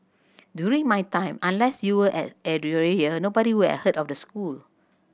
during my time unless you were at area nobody were have heard of the school